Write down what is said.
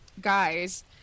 guys